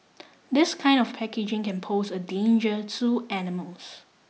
this kind of packaging can pose a danger to animals